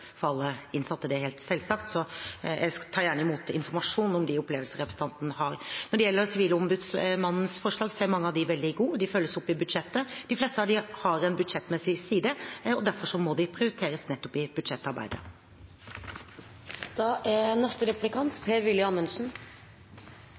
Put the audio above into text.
for alle innsatte – det er helt selvsagt. Så jeg tar gjerne imot informasjon om de opplevelser representanten har. Når det gjelder Sivilombudsmannens forslag, er mange av dem veldig gode. De følges opp i budsjettet. De fleste har en budsjettmessig side, og derfor må de prioriteres nettopp i budsjettarbeidet. Det vi diskuterer i dag, er